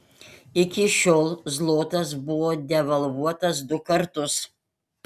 iki šiol zlotas buvo devalvuotas du kartus